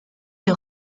des